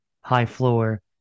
high-floor